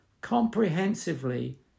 comprehensively